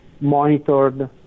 monitored